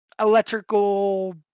electrical